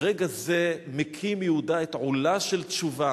ברגע זה מקים יהודה את עולה של תשובה.